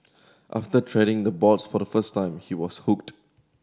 after treading the boards for the first time he was hooked